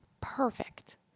perfect